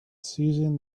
seizing